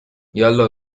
یالا